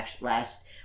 Last